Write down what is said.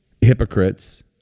hypocrites